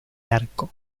arco